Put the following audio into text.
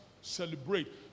celebrate